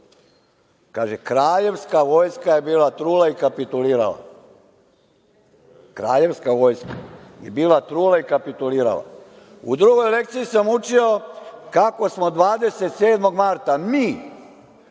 kraljevska vojska je bila trula i kapitulirala, kraljevska vojska je bila trula i kapitulirala.U drugoj lekciji sam učio kako smo 27. marta mi,